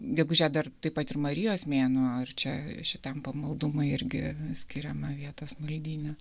gegužę dar taip pat ir marijos mėnuo ar čia šitam pamaldumui irgi skiriama vietos maldyne